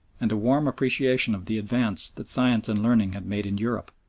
and a warm appreciation of the advance that science and learning had made in europe,